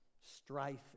Strife